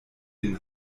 den